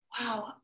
Wow